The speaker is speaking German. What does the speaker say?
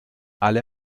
alle